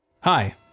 Hi